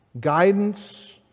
guidance